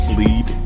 lead